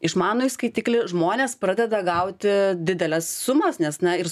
išmanųjį skaitiklį žmonės pradeda gauti dideles sumas nes na ir